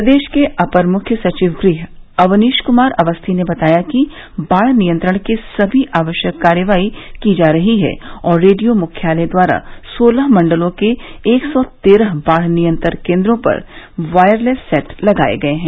प्रदेश के अपर मुख्य सचिव गृह अवनीश क्मार अवस्थी ने बताया कि बाढ़ नियंत्रण के लिये सभी आवश्यक कार्रवाई की जा रही है और रेडियो मुख्यालय द्वारा सोलह मंडलों के एक सौ तेरह बाढ़ नियंत्रण केन्द्रों पर वायरलेस सेट लगाये गये हैं